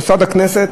שמוסד הכנסת,